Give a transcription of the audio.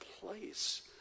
place